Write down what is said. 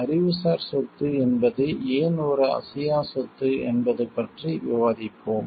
அறிவுசார் சொத்து என்பது ஏன் ஒரு அசையா சொத்து என்பது பற்றி விவாதிப்போம்